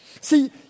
See